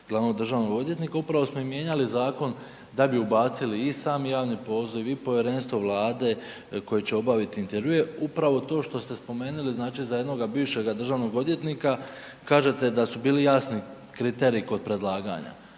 glavnog državnog odvjetnika. Upravo smo i mijenjali zakon da bi ubacili i sami javni poziv i Povjerenstvo Vlade koje će obaviti intervjue, upravo to što ste spomenuli za jednoga bivšega državnog odvjetnika, kažete da su bili jasni kriteriji kod predlaganja.